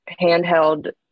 handheld